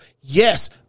yes